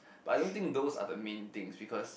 but I don't think those are the main thing because